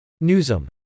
newsom